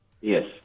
Yes